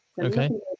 Okay